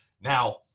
Now